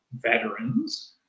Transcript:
veterans